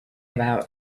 about